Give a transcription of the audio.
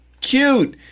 cute